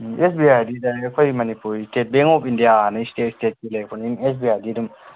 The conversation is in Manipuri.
ꯎꯝ ꯑꯦꯁ ꯕꯤ ꯑꯥꯏꯗꯤ ꯑꯩꯈꯣꯏ Manipur state bank of Indian state ꯁ꯭ꯇꯦꯠꯀꯤ ꯂꯩꯔꯛꯄꯅꯤꯅ ꯑꯦꯁ ꯕꯤ ꯑꯥꯏꯗꯤ ꯑꯗꯨꯝ